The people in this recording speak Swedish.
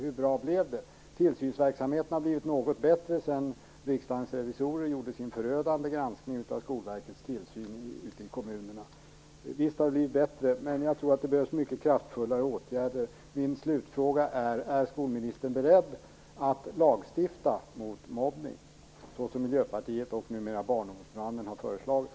Hur bra blev det? Tillsynsverksamheten har blivit något bättre sedan Riksdagens revisorer gjorde sin förödande granskning av Skolverkets tillsyn ute i kommunerna. Visst har det blivit bättre, men jag tror att det behövs mycket kraftfullare åtgärder. Min slutfråga är: Är skolministern beredd att lagstifta mot mobbning som Miljöpartiet, och numera också Barnombudsmannen, har föreslagit?